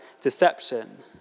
deception